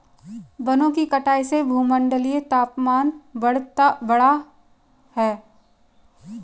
वनों की कटाई से भूमंडलीय तापन बढ़ा है